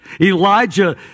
Elijah